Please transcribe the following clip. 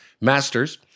Masters